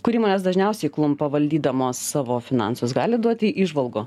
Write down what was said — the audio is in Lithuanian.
kur įmonės dažniausiai klumpa valdydamos savo finansus galit duoti įžvalgų